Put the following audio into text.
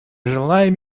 желаем